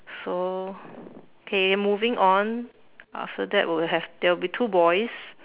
so K moving on after that will have there will be two boys